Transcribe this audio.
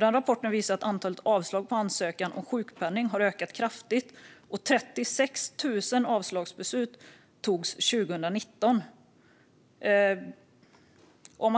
Den visar att antalet avslag på ansökningar om sjukpenning har ökat kraftigt, 36 000 avslagsbeslut togs 2019. Siffran när